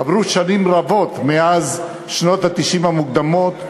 עברו שנים רבות מאז שנות ה-90 המוקדמות,